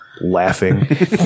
laughing